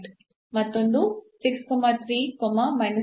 ಮತ್ತೊಂದು ಆಗಿದೆ